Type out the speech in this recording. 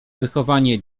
wychowanie